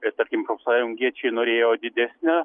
ir tarkim profsąjungiečiai norėjo didesnio